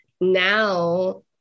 now